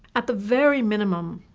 at the very minimum,